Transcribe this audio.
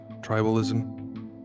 tribalism